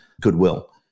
goodwill